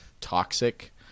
toxic